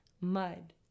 mud